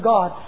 God